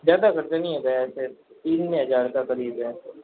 ज़्यादा खर्चा नहीं आएगा ऐसे तीन ही हजार का करीब है